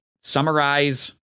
summarize